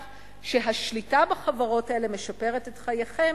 שהשליטה בחברות האלה משפרת את חייכם?